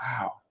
Wow